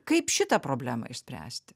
kaip šitą problemą išspręsti